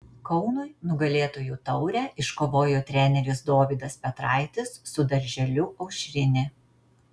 kaunui nugalėtojų taurę iškovojo treneris dovydas petraitis su darželiu aušrinė